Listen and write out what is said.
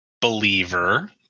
Believer